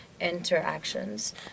interactions